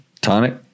Tonic